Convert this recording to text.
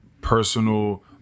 personal